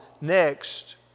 next